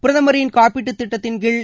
பிரதமின் காப்பீட்டுத் திட்டத்தின்கீழ்